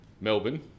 Melbourne